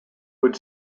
would